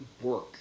work